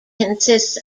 consists